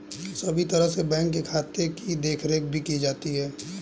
सभी तरह से बैंक के खाते की देखरेख भी की जाती है